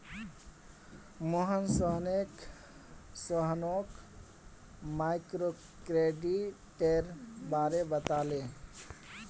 मोहन सोहानोक माइक्रोक्रेडिटेर बारे बताले